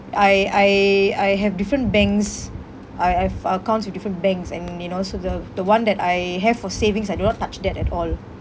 I I I have different banks I have accounts with different banks and you know so the the one that I have for savings I do not touch that at all